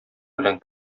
белән